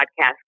podcast